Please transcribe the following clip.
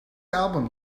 album